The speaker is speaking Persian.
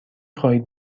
خواهید